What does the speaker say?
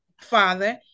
father